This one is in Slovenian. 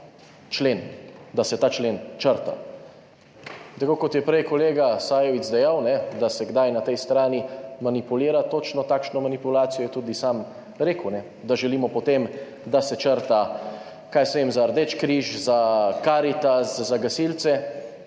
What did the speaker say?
to, da se ta člen črta. Tako kot je prej kolega Sajovic dejal, da se kdaj na tej strani manipulira, točno takšno manipulacijo je tudi sam rekel. Da želimo potem, da se črta, kaj jaz vem, za Rdeči križ, za Karitas, za gasilce,